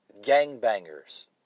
Gangbangers